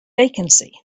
vacancy